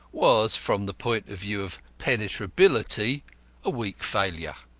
was from the point of view of penetrability a weak failure.